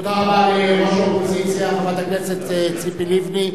תודה רבה לראש האופוזיציה חברת הכנסת ציפי לבני.